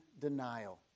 denial